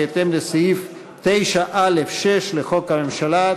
בהתאם לסעיף 9(א)(6) לחוק הממשלה,